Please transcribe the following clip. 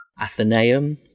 Athenaeum